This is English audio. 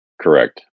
Correct